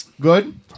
good